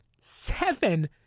seven